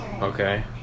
Okay